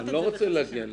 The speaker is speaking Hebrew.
אני לא רוצה להגיע לזה.